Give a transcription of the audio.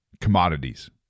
commodities